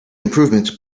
improvements